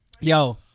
Yo